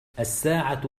الساعة